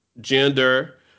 gender